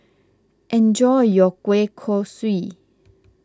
enjoy your Kuih Kaswi